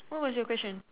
what was your question